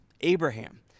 Abraham